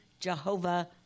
jehovah